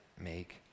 make